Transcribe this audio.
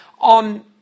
on